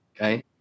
okay